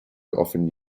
often